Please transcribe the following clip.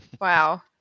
wow